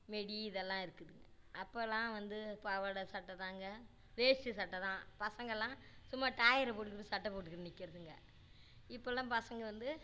மெடி இதெல்லாம் இருக்குது அப்போலாம் வந்து பாவாடை சட்டைதாங்க வேஷ்டி சட்டைதான் பசங்களாம் சும்மா டாயரு போட்டுக்கிட்டு சட்டை போட்டுக்கிட்டு நிற்கிறதுங்க இப்போலாம் பசங்கள் வந்து